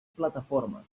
plataformes